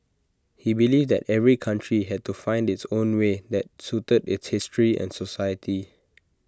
he believed that every country had to find its own way that suited its history and society